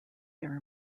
their